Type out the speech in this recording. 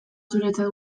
zuretzat